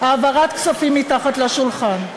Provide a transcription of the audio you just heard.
העברת כספים מתחת לשולחן.